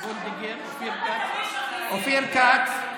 אופיר כץ,